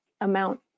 amount